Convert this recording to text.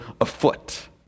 afoot